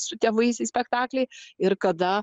su tėvais į spektaklį ir kada